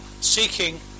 seeking